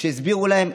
כשהסבירו להם,